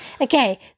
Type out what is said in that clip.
okay